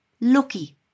lucky